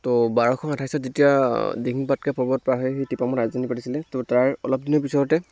ত' বাৰশ আঠাইছত যেতিয়া দিহিং পাটকাই পৰ্বত পাৰ হৈ আহি তিপামত ৰাজধানী পাতিছিলে ত' তাৰ অলপ দিনৰ পিছতে